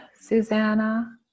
Susanna